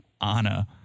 Anna